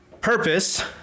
Purpose